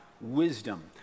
wisdom